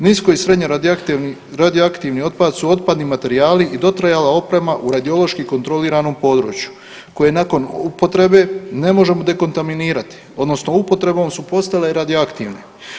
Nisko i srednje radioaktivni otpad su otpadni materijali i dotrajala oprema u radiološko kontroliranom području, koje nakon upotrebe ne možemo dekontaminirati odnosno upotrebom su postale radioaktivne.